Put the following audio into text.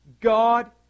God